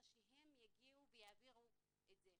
שהם יגיעו ויעבירו את זה.